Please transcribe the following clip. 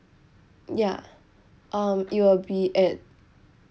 ya um it will be at